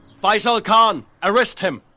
faizal khan, arrest him.